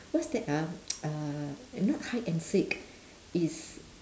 what's that uh uh not hide and seek is